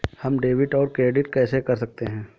हम डेबिटऔर क्रेडिट कैसे कर सकते हैं?